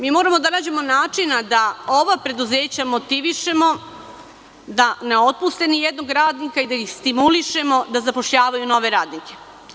Mi moramo da nađemo načina da ova preduzeća motivišemo da ne otpuste ni jednog radnika i da ih stimulišemo da zapošljavaju nove radnike.